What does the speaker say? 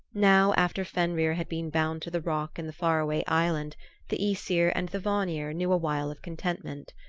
now after fenrir had been bound to the rock in the faraway island the aesir and the vanir knew a while of contentment.